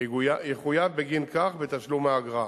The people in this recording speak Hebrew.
יחויב בגין כך בתשלום האגרה.